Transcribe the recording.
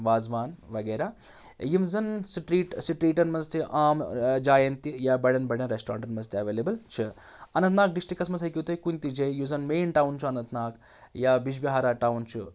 وازٕ وان وغیرہ یم زَن سِٹریٖٹ سِٹریٖٹَن منٛز تہِ عام جایَن تہِ یا بڑین بڑین رٮ۪سٹورنٹَن منٛز تہِ اٮ۪ویلیبٕل چھِ اننت ناگ ڈَسٹرکس منٛز ہیٚکیو تۄہہِ کُنہِ تہِ جایہِ یۄس زَن مین ٹاوُن چھُ اننت ناگ یا بجبہارا ٹاوُن چھُ